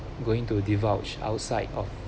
going to divulged outside of